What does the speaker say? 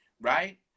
right